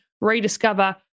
rediscover